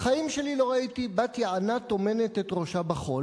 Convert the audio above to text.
בחיים שלי לא ראיתי בת-יענה טומנת את ראשה בחול.